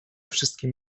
wszystkim